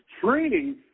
Training